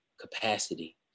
capacity